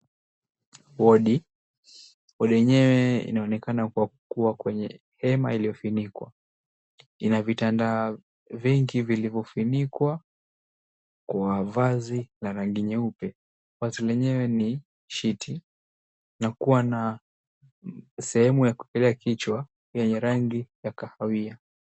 Wodi, wodi yenyewe inaonekana kuwa kwenye hema iliyofunikwa, ina vitanda vingi vilivyo funikwa kwa vazi ya rangi nyeupe, vazi lenyewe ni shiti na kuwa na sehemu ya kuwekelea kichwa yenye rangi ya kahawia.